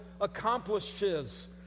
accomplishes